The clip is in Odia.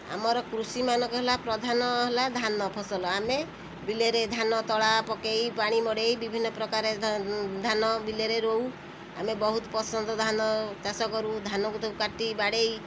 ଆମର କୃଷିମାନଙ୍କ ହେଲା ପ୍ରଧାନ ହେଲା ଧାନ ଫସଲ ଆମେ ବିଲରେ ଧାନ ତଳି ପକେଇ ପାଣି ମଡ଼େଇ ବିଭିନ୍ନ ପ୍ରକାର ଧାନ ବିଲରେ ରୋଉ ଆମେ ବହୁତ ପସନ୍ଦ ଧାନ ଚାଷ କରୁ ଧାନକୁ ତାକୁ କାଟି ବାଡ଼େଇ